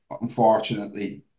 unfortunately